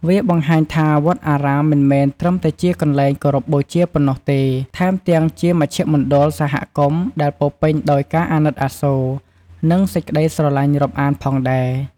វាបង្ហាញថាវត្តអារាមមិនមែនត្រឹមតែជាកន្លែងគោរពបូជាប៉ុណ្ណោះទេ ថែមទាំងជាមជ្ឈមណ្ឌលសហគមន៍ដែលពោរពេញដោយការអាណិតអាសូរ និងសេចក្តីស្រលាញ់រាប់អានផងដែរ។